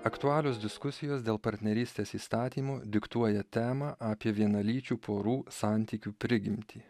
aktualios diskusijos dėl partnerystės įstatymų diktuoja temą apie vienalyčių porų santykių prigimtį